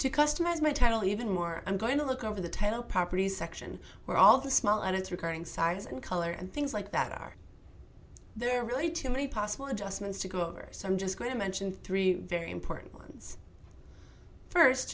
to customize my title even more i'm going to look over the title property section where all the small and it's recurring size and color and things like that are there are really too many possible adjustments to go over so i'm just going to mention three very important ones first